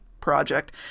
project